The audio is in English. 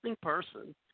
person